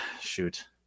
shoot